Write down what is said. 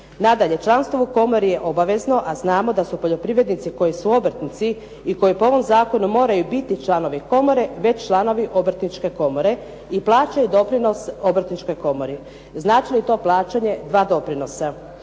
Nadalje, članstvo u komori je obavezno, a znamo da su poljoprivrednici koji su obrtnici i koji po ovom zakonu moraju biti članovi komore već članovi Obrtničke komore i plaćaju doprinos Obrtničkoj komori. Znači li to plaćanje dva doprinosa?